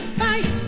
fight